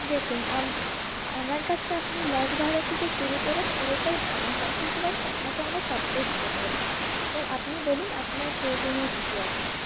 দেখুন আমার কাছে আপনি লজ ভাড়া থেকে শুরু করে পুরোটাই পাবেন প্যাকেজ ওয়াইস আপনাকে আমরা সবটাই দিতে পারি এবার আপনি বলুন আপনার প্রয়োজনীয় কি কি আছে